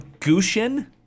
Gushin